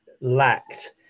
lacked